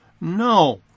No